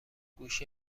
گوشی